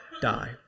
die